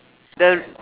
the